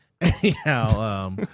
Anyhow